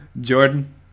Jordan